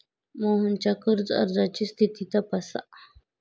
मोहनच्या कर्ज अर्जाची स्थिती तपासा